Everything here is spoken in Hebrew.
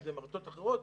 אם זה מארצות אחרות.